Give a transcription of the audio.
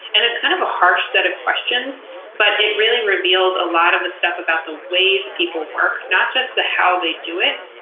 and it's kind of a hard set of questions, but it really reveals a lot of the stuff about the ways people work. not just the how they do it,